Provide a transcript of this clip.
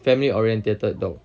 family orientated dog